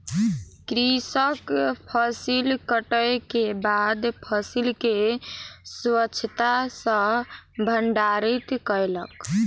कृषक फसिल कटै के बाद फसिल के स्वच्छता सॅ भंडारित कयलक